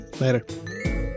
Later